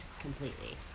completely